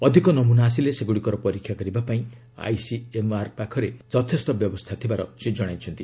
ଅଧିକ ନମନା ଆସିଲେ ସେଗୁଡ଼ିକର ପରୀକ୍ଷା କରିବା ପାଇଁ ଆଇସିଏମ୍ଆର୍ ପାଖରେ ଯଥେଷ୍ଟ ବ୍ୟବସ୍ଥା ଥିବାର ସେ ଜଣାଇଛନ୍ତି